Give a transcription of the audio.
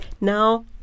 now